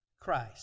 Christ